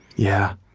yeah.